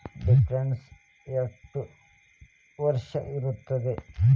Deposit ಎಷ್ಟು ವರ್ಷ ಇರುತ್ತದೆ?